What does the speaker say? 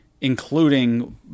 including